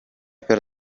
per